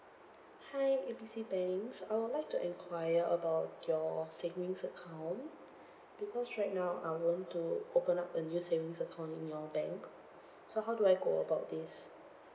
hi A B C banks I would like to enquire about your savings account because right now I want to to open up a new savings account in your bank so how do I go about this